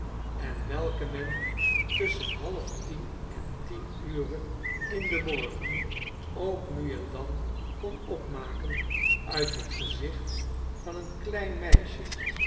en welke men tusschen half tien en tien ure in den morgen ook nu en dan kon opmaken uit het gezicht van een klein meisje